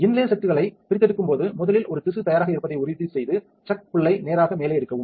இன்லே செட்களை பிரித்தெடுக்கும் போது முதலில் ஒரு திசு தயாராக இருப்பதை உறுதி செய்து சக் புல்லை நேராக மேலே எடுக்கவும்